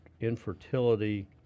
infertility